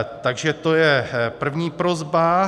Takže to je první prosba.